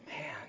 man